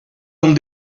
dans